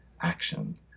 action